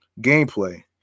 gameplay